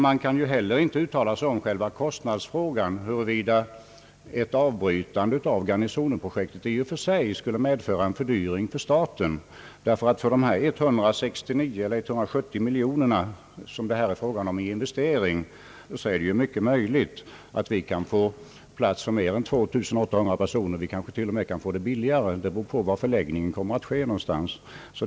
Man kan heller inte uttala sig om kostnadsfrågan och huruvida ett avbrytande av Garnisonenprojektet i och för sig skulle medföra en fördyring för staten. För den investeringskostnad det här är fråga om, 170 miljoner kronor, är det mycket möjligt att vi kan bygga kontor med plats för mer än 2800 personer. Det kanske t.o.m. kan göras billigare, vilket beror på var förläggningen kommer att ske.